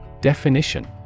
Definition